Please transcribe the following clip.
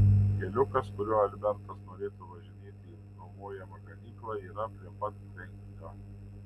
keliukas kuriuo albertas norėtų važinėti į nuomojamą ganyklą yra prie pat tvenkinio